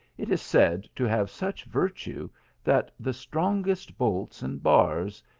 it is said to have such virtue that the strongest bolts and bars,